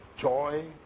joy